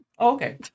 Okay